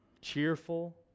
cheerful